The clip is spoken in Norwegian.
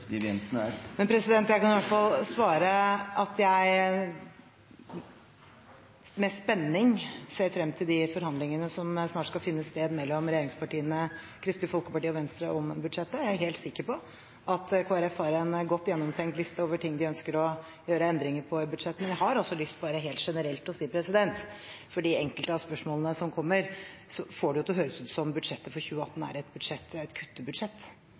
Siv Jensen kan gjerne svare. Jeg kan i hvert fall svare at jeg med spenning ser frem til de forhandlingene som snart skal finne sted mellom regjeringspartiene, Kristelig Folkeparti og Venstre om budsjettet. Jeg er helt sikker på at Kristelig Folkeparti har en godt gjennomtenkt liste over ting de ønsker å endre i budsjettet. Men jeg har lyst til å si helt generelt – fordi enkelte av spørsmålene som kommer, får det til å høres ut som om budsjettet for 2018 er et kuttebudsjett – at utgangspunktet er et